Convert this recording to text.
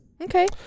Okay